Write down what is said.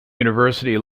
university